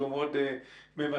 שהוא מאוד ממצה.